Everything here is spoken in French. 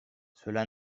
cela